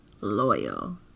loyal